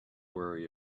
worry